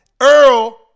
Earl